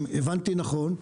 אם הבנתי נכון,